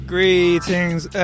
Greetings